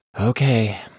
Okay